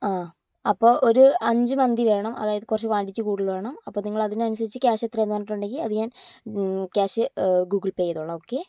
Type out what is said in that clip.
ആ അപ്പോൾ ഒരു അഞ്ചു മന്തി വേണം അതായത് കുറച്ചു ക്വാണ്ടിറ്റി കൂടുതൽ വേണം അപ്പോൾ നിങ്ങൾ അത് അനുസരിച്ച് ക്യാഷ് എത്രയെന്ന് പറഞ്ഞിട്ടുണ്ടെങ്കിൽ അത് ഞാൻ ക്യാഷ് ഗൂഗിൾ പേ ചെയ്തോളാം ഓക്കെ